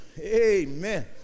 Amen